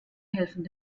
helfen